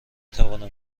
توانم